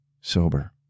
sober